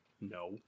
No